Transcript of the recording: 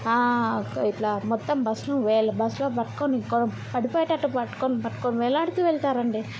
ఇట్లా మొత్తం బస్ను వేళా బస్ను పట్టుకొని పడిపోయేటట్టు పట్టుకొని పట్టుకొని వేళాడుతూ వెళ్తారండి